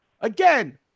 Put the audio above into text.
again